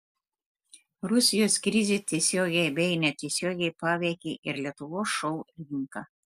rusijos krizė tiesiogiai bei netiesiogiai paveikė ir lietuvos šou rinką